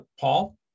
Paul